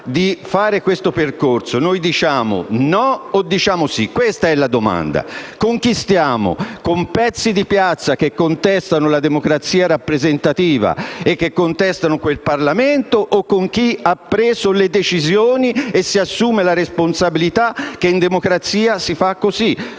di fare questo percorso, noi diciamo no o diciamo sì. Questa è la domanda. Con chi stiamo? Con pezzi di piazza che contestano la democrazia rappresentativa e che contestano quel Parlamento, o con chi ha preso decisioni e si assume la relativa responsabilità perché in democrazia si fa così